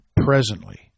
presently